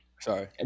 sorry